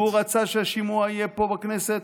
הוא רצה שהשימוע יהיה פה בכנסת,